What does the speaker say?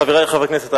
חברי חברי הכנסת,